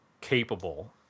capable